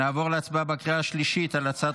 נעבור להצבעה בקריאה השלישית על הצעת